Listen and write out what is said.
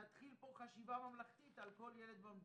נתחיל פה חשיבה ממלכתית על כל ילד במדינה.